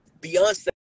Beyonce